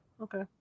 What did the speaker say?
Okay